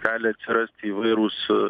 gali atsirasti įvairūs